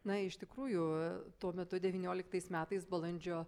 na iš tikrųjų tuo metu devynioliktais metais balandžio